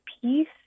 peace